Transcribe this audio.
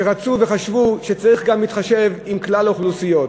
שרצו וחשבו שצריך גם להתחשב בכלל האוכלוסיות,